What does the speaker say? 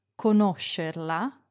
conoscerla